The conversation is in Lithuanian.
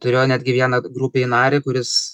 turėjo netgi vieną grupėj narį kuris